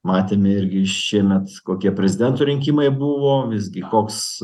matėme irgi šiemet kokie prezidento rinkimai buvo visgi koks